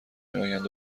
میآیند